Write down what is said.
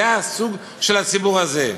זה הסוג של הציבור הזה.